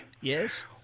yes